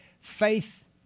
Faith